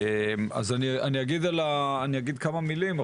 אני אגיד כמה מילים.